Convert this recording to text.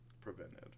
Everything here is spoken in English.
prevented